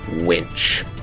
winch